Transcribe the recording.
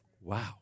Wow